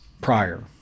prior